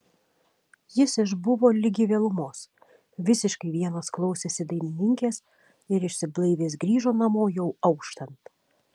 jis išbuvo ligi vėlumos visiškai vienas klausėsi dainininkės ir išsiblaivęs grįžo namo jau auštant